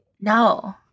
No